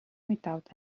without